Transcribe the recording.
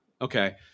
Okay